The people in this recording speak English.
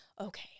okay